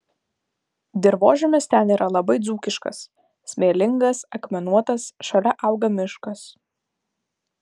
dirvožemis ten yra labai dzūkiškas smėlingas akmenuotas šalia auga miškas